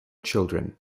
children